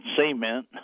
cement